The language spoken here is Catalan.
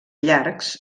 llargs